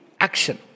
action